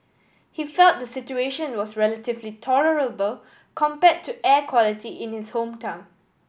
he felt the situation was relatively tolerable compared to air quality in his hometown